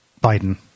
Biden